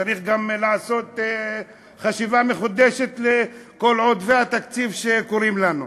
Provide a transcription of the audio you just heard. צריך גם לעשות חשיבה מחודשת בנוגע לכל עודפי התקציב שיש לנו.